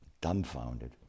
dumbfounded